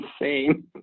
insane